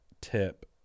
tip